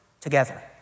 together